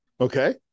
Okay